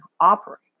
operates